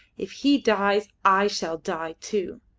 if he dies i shall die too!